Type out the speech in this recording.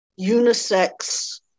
unisex